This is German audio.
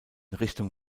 richtung